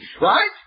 Right